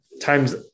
times